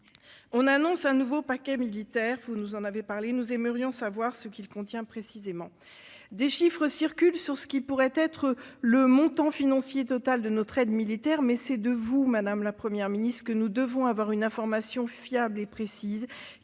On annonce un nouveau « paquet militaire »: nous aimerions savoir ce qu'il contient précisément. Des chiffres circulent sur ce que pourrait être le montant financier de notre aide militaire, mais c'est de vous, madame la Première ministre, que nous devons obtenir une information fiable et précise,